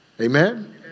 Amen